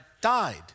died